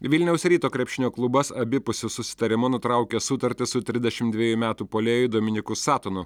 vilniaus ryto krepšinio klubas abipusiu susitarimu nutraukė sutartį su trisdešimt dviejų metų puolėju dominyku satonu